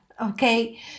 okay